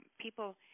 People